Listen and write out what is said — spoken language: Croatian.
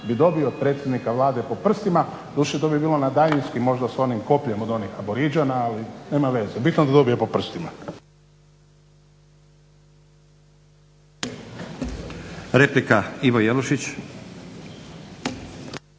bi dobio od predsjednika Vlade po prstima, doduše to bi bilo na daljinski možda sa onim kopljem od onih Aboriđana ali nema veze, bitno da dobije po prstima.